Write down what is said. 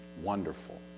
Wonderful